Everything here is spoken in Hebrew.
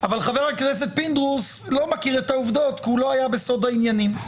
אבל חבר הכנסת פינדרוס לא מכיר את העובדות כי הוא לא היה בסוד העניינים.